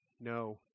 no